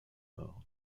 nord